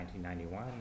1991